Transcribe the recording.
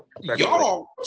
Y'all